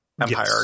empire